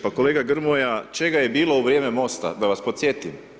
Pa kolega Grmoja, čega je bilo u vrijeme MOST-a da vas podsjetim.